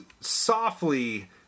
softly